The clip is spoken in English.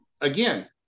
again